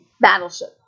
battleship